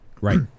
Right